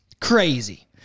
Crazy